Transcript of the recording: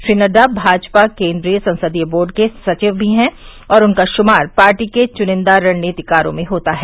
श्री नड्डा भाजपा केन्द्रीय संसदीय बोर्ड के सचिव भी हैं और उनका शुमार पार्टी के चुनिन्दा रणनीतिकारों में होता है